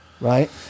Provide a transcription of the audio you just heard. right